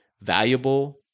valuable